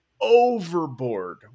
overboard